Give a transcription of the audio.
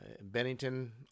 Bennington